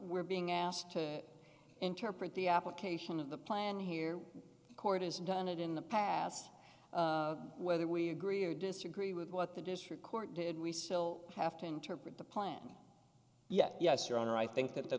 we're being asked to interpret the application of the plan here in court is done it in the past whether we agree or disagree with you the district court did we still have to interpret the plan yes yes your honor i think that the